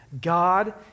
God